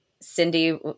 Cindy –